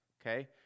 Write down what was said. okay